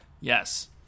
Yes